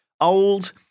old